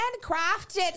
handcrafted